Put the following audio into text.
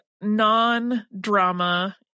non-drama